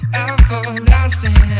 everlasting